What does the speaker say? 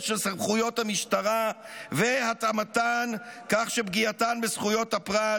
של סמכויות המשטרה והתאמתן כך שפגיעתן בזכויות הפרט,